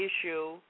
issue